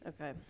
Okay